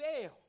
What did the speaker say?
fail